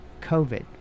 COVID